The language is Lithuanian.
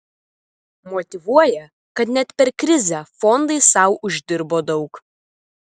motyvuoja kad net per krizę fondai sau uždirbo daug